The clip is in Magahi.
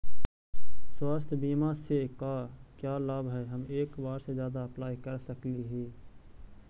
स्वास्थ्य बीमा से का क्या लाभ है हम एक से जादा अप्लाई कर सकली ही?